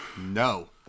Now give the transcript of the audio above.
No